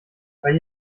weil